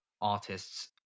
artists